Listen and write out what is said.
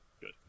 Good